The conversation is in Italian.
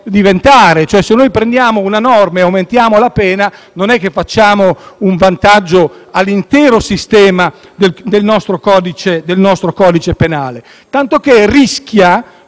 diventare. Se prendiamo una norma e aumentiamo la pena non rechiamo un vantaggio all'intero sistema del nostro codice penale, che in tal caso rischia